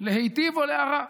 להיטיב או להרע.